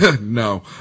No